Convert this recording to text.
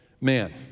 man